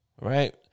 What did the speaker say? right